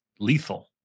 Lethal